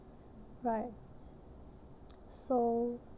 right so